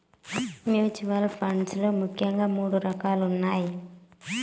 mutual funds లో ముఖ్యంగా మూడు రకాలున్నయ్